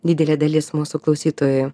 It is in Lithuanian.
didelė dalis mūsų klausytojų